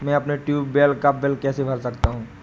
मैं अपने ट्यूबवेल का बिल कैसे भर सकता हूँ?